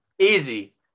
Easy